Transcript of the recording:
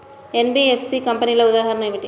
NBFC కంపెనీల ఉదాహరణ ఏమిటి?